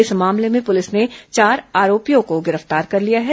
इस मामले में पुलिस ने चार आरोपियों को गिरफ्तार कर लिया है